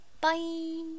Bye